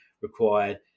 required